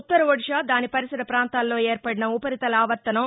ఉత్తర ఒడిషా దాని పరిసర ప్రాంతాల్లో ఏర్పడిన ఉపరితల ఆవర్తనం